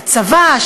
הצבא,